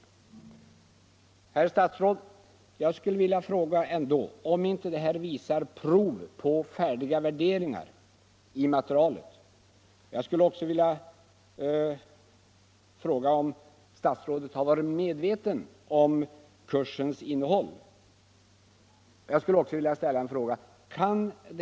I tidningspressen har påståtts att den här kursen skulle syfta till att göra oss till bilhatare. Jag anser snarare att man syftar till att göra barnen till samhällshatare. Jag skulle ändå vilja fråga herr statsrådet om inte detta visar prov på färdiga värderingar i materialet. Jag skulle också vilja fråga om statsrådet har varit medveten om kursens innehåll.